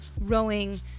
rowing